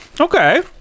Okay